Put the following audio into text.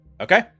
okay